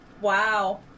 Wow